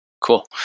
Cool